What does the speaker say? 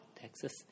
Texas